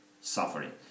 suffering